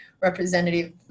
representative